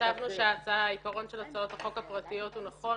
חשבנו שהעיקרון של הצעות החוק הפרטיות הוא נכון.